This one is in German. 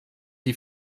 die